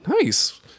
Nice